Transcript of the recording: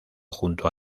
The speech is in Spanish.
junto